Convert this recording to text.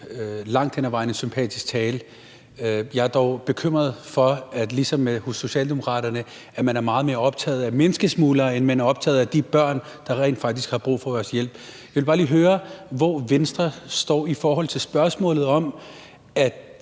langt hen ad vejen sympatisk tale. Jeg er dog bekymret for, at man ligesom hos Socialdemokraterne er meget mere optaget af menneskesmuglere, end man er optaget af de børn, der rent faktisk har brug for vores hjælp. Jeg vil bare lige høre, hvor Venstre står i forhold til spørgsmålet om, at